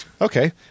Okay